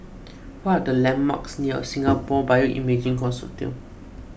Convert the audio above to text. what are the landmarks near Singapore Bioimaging Consortium